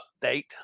update